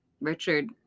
Richard